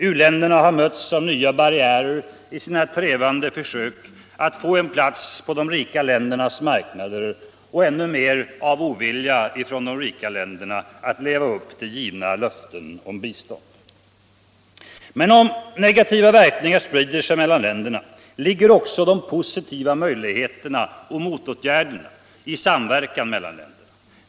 U-länderna har mötts av nya barriärer i sina trevande försök att få en plats på de rika ländernas marknader och av ännu mer av ovilja från de rika Jänderna att leva upp till givna löften om bistånd. Men om negativa verkningar sprider sig mellan länderna ligger också det positiva möjligheterna till motåtgärderna i samverkan mellan länderna.